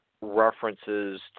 references